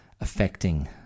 affecting